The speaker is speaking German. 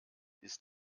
ist